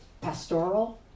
pastoral